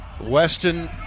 Weston